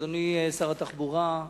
אדוני שר התחבורה,